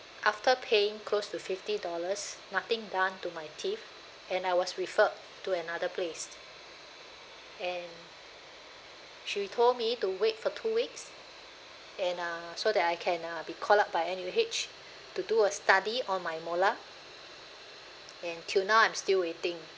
after paying close to fifty dollars nothing done to my teeth and I was referred to another place and she told me to wait for two weeks and uh so that I can uh be call up by N_U_H to do a study on my molar and till now I'm still waiting